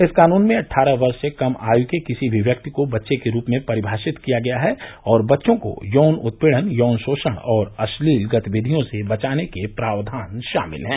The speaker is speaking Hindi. इस कानून में अट्ठारह वर्ष से कम आय के किसी भी व्यक्ति को बच्चे के रूप में परिभाषित किया गया है और बच्चों को यौन उत्पीड़न यौन शोषण और अश्लील गतिविधियों से बचाने के प्रावधान शामिल हैं